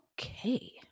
Okay